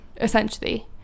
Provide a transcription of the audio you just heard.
essentially